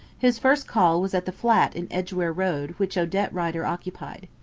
his first call was at the flat in edgware road which odette rider occupied.